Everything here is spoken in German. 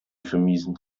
vermiesen